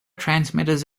transmitters